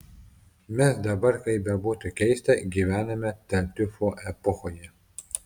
mes dabar kaip bebūtų keista gyvename tartiufo epochoje